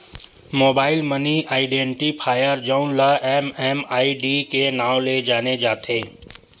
mobile money identifier जउन ल MMID के नांव ले जाने जाथे